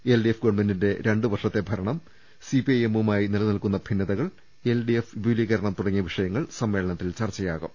എൽഡി F ഗവൺമെന്റിന്റെ രണ്ടു വർഷത്തെ ഭരണം സിപിഐഎമ്മുമായി നിലനിൽക്കുന്ന ഭിന്നതകൾ എൽഡിഎഫ് വിപുലീകരണം തുടങ്ങിയ വിഷയങ്ങൾ സമ്മേളനത്തിൽ ചർച്ചയാകും